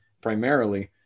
primarily